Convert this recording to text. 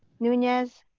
nunez,